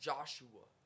Joshua